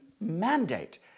mandate